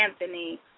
Anthony